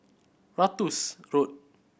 Ratus Road